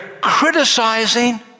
criticizing